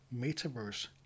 Metaverse